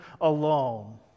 alone